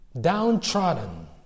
downtrodden